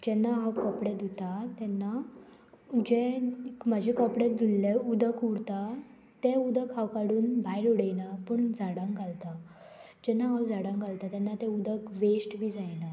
जेन्ना हांव कपडे धुतां तेन्ना जे म्हाजे कपडे धुल्लें उदक उरता तें उदक हांव काडून भायर उडयना पूण झाडांक घालता जेन्ना हांव झाडांक घालतां तेन्ना तें उदक वेस्ट बी जायना